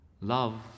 love